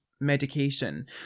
medication